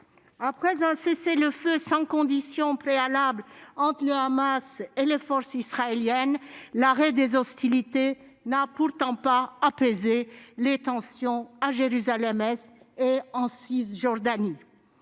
Après un cessez-le-feu sans condition préalable entre le Hamas et les forces israéliennes, l'arrêt des hostilités n'a pourtant pas apaisé les tensions à Jérusalem-Est et en Cisjordanie.